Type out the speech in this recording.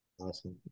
Awesome